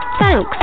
Thanks